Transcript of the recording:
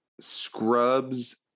scrubs